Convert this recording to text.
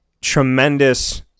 tremendous